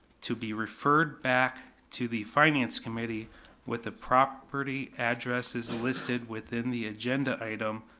to be referred back to the finance committee with the property addresses listed within the agenda item,